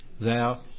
thou